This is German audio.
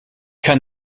kann